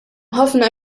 ħafna